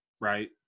Right